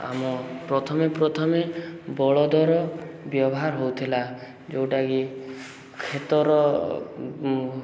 ଆମ ପ୍ରଥମେ ପ୍ରଥମେ ବଳଦର ବ୍ୟବହାର ହଉଥିଲା ଯେଉଁଟା କି କ୍ଷେତର